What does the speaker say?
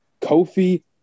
Kofi